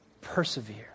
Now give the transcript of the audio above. persevere